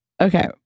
Okay